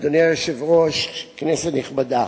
אדוני היושב-ראש, כנסת נכבדה,